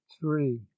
three